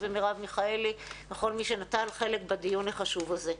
ומרב מיכאלי ולכל מי שנטל חלק בדיון החשוב הזה.